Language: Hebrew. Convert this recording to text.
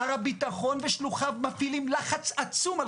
שר הביטחון ושלוחיו מפעילים לחץ עצום על